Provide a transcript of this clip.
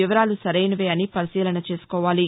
వివరాలు సరైనవే అని పరిశీలన చేసుకోవాలి